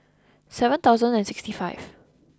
seven thousand and sixty five